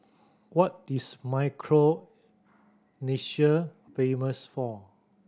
what is Micronesia famous for